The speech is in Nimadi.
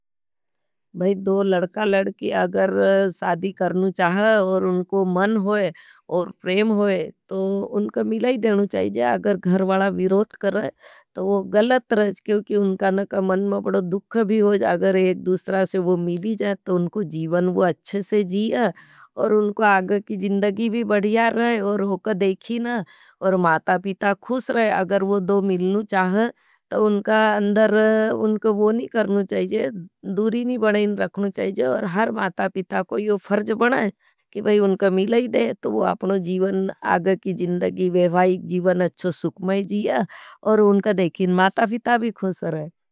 भाई दो लड़का लड़की अगर साधी करनु चाहें और उनको मन होई और प्रेम होई तो उनको मिलाई देनु चाहिए। अगर घर वाला विराध करे। तो वो ग़लत राज। क्योकि उनका नाका मन माँ बड़ा दुख भी होज। अगर एक दूसरा से वो मिली जाट तो उनको जीवन वो अच्छे से जिया। और उनकी आगे की जिंदगी भी बढ़िया रह। और ओखा देखीना माता पिता खुश रह। और अगर वो दो मिलनू चाहे तो उनका अंदर उनका वो नी करना चाहिए। दूरी नहीं बढ़ायीं रखनू चाहिए। अगर माता पिता को यो फर्च बना है कि उनको मिलाई दे। तो वो अपनो जीवन आग की जीवन अच्छो सुप में जीया। और उनको देखें माता पिता भी खुस रहें।।